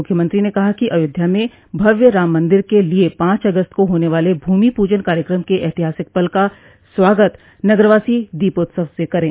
मुख्यमंत्री ने कहा कि अयोध्या में भव्य राम मंदिर के लिये पांच अगस्त को होने वाले भूमि पूजन कार्यक्रम के ऐतिहासिक पल का स्वागत नगरवासी दीपोत्सव से करे